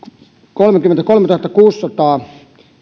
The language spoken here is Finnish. kolmekymmentäkolmetuhattakuusisataa